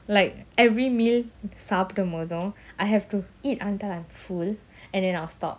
like every meal சாப்பிடும்போதும்:sapdumpothum I have to eat until I'm full and then I'll stop